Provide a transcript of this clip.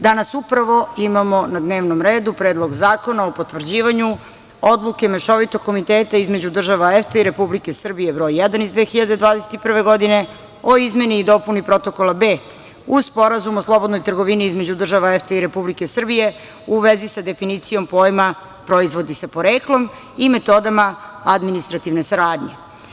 Danas upravo imamo na dnevnom redu Predlog zakona o potvrđivanju odluke mešovitog komiteta između država EFTA i Republike Srbije, broj 1. iz 2021. godine o izmeni i dopuni Protokola b. Uz Sporazum o slobodnoj trgovini između država EFTE i Republike Srbije u vezi sa definicijom pojma proizvodi sa poreklom i metodama administrativne saradnje.